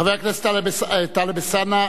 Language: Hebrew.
חבר הכנסת טלב אלסאנע,